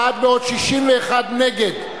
בעוד נגד,